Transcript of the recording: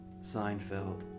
Seinfeld